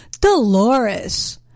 Dolores